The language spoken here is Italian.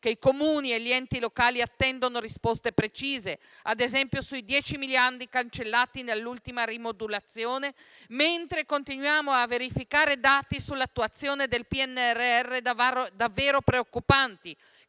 che i Comuni e gli enti locali attendono risposte precise, ad esempio sui 10 miliardi cancellati nell'ultima rimodulazione, mentre continuiamo a verificare dati sull'attuazione del PNRR davvero preoccupanti,